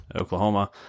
Oklahoma